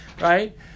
right